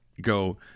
go